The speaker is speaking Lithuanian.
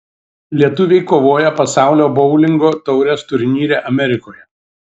lietuviai kovoja pasaulio boulingo taurės turnyre amerikoje